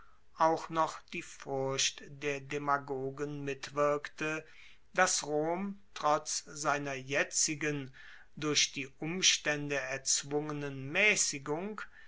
auch noch die furcht der demagogen mitwirkte dass rom trotz seiner jetzigen durch die umstaende erzwungenen